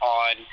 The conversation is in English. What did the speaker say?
on